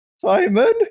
Simon